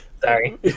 Sorry